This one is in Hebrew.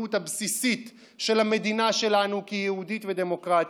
הזהות הבסיסית של המדינה שלנו כיהודית ודמוקרטית.